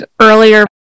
earlier